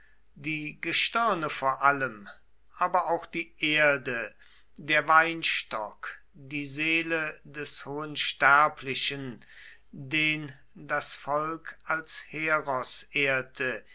die gestirne vor allem aber auch die erde der weinstock die seele des hohen sterblichen den das volk als heros ehrte